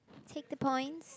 take the points